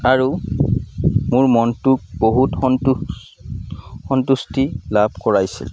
আৰু মোৰ মনটোক বহুত সন্তুষ্টি লাভ কৰাইছিল